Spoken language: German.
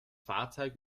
fahrzeug